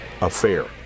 affair